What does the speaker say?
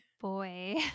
boy